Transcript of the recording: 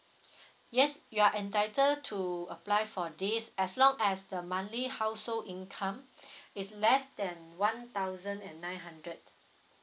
yes you are entitled to apply for this as long as the monthly household income is less than one thousand and nine hundred